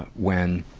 but when